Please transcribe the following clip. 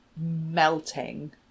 melting